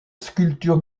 sculpture